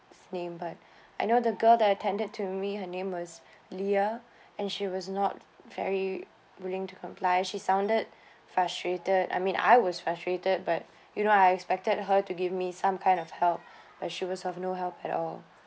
her name but I know the girl that attended to me her name was leia and she was not very willing to comply she sounded frustrated I mean I was frustrated but you know I expected her to give me some kind of help but she was of no help at all